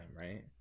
right